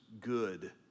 good